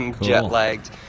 Jet-lagged